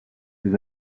les